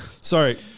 Sorry